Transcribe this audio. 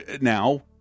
now